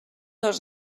dos